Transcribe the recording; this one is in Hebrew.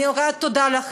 אני מכירה לכם תודה,